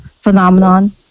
phenomenon